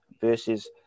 versus